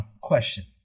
question